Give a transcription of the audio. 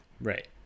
Right